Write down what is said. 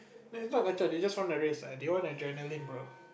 no is not they just want the race they want adrenaline bro